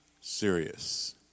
serious